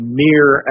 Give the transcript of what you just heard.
mere